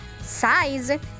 size